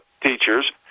teachers